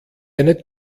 eine